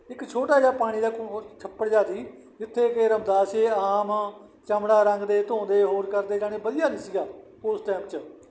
ਇੱਕ ਛੋਟਾ ਜਿਹਾ ਪਾਣੀ ਦਾ ਕੋਈ ਛੱਪੜ ਜਿਹਾ ਸੀ ਜਿੱਥੇ ਕਿ ਰਮਦਾਸੀਏ ਆਮ ਚਮੜਾ ਰੰਗ ਦੇ ਧੋਂਦੇ ਹੋਰ ਕਰਦੇ ਜਾਣੇ ਵਧੀਆ ਨਹੀਂ ਸੀਗਾ ਉਸ ਟਾਈਮ 'ਚ